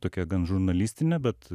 tokia gan žurnalistinė bet